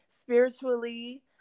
Spiritually